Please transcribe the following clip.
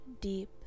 deep